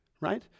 right